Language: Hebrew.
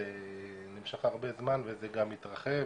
זה נמשך הרבה זמן וזה גם מתרחב,